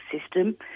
system